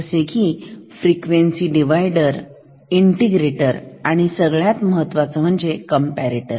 जसे की frequency divider आणि इंटीग्रेटर आणि सगळ्यात महत्वाचे म्हणजे कंपरेटर